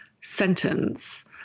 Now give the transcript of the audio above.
sentence